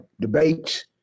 debates